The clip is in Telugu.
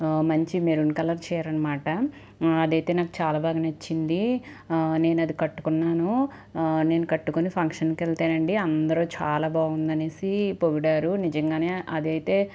మంచి మెరూన్ కలర్ చీరనమాట అదైతే నాకు చాలా బాగా నచ్చింది నేనది కట్టుకున్నాను నేను కట్టుకుని ఫంక్షన్కి వెళ్తే అండి అందరూ చాలా బాగుందనేసి పొగిడారు నిజంగానే అదైతే